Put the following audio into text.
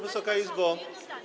Wysoka Izbo!